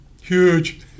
Huge